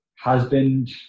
husband